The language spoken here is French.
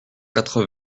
quatre